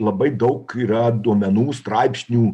labai daug yra duomenų straipsnių